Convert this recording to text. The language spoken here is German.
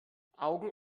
augen